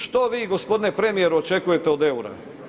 Što vi, gospodine premijeru očekujete od eura?